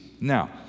now